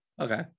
okay